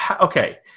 Okay